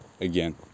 Again